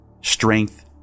strength